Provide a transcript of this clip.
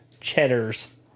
cheddars